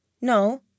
No